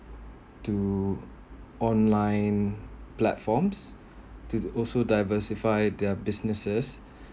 to online platforms to also diversify their businesses